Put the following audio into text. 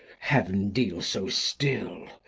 heav'n deal so still.